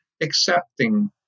accepting